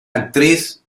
actriz